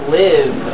live